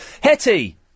Hetty